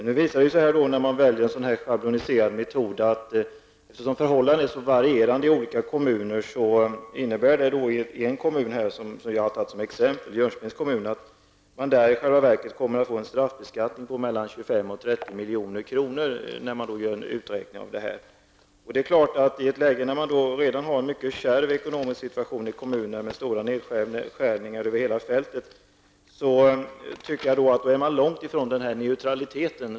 Nu visar det sig, när man väljer en sådan här schabloniserad metod och eftersom förhållandena är så varierande i olika kommuner, att man i den kommun som jag har tagit som exempel, Jönköpings kommun, får en straffbeskattning på mellan 25 och 30 milj.kr. när man gör en uträkning av detta. I ett läge där man redan har en mycket kärv ekonomisk situation i kommunen med stora nedskärningar över hela fältet, är det klart att man är långt ifrån den här neutraliteten.